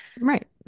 Right